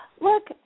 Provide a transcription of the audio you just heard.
look